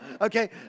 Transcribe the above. okay